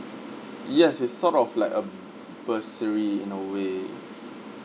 yes it's sort of like a bursary in a way